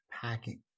packing